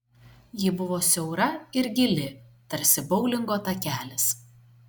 ji buvo siaura ir gili tarsi boulingo takelis